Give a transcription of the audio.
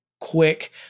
quick